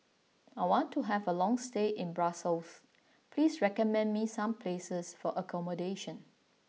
I want to have a long stay in Brussels please recommend me some places for accommodation